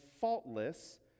faultless